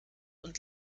und